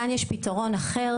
כאן יש פתרון אחר,